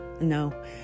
No